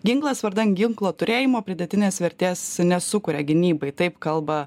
ginklas vardan ginklo turėjimo pridėtinės vertės nesukuria gynybai taip kalba